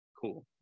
cool